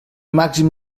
màxim